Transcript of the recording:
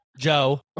joe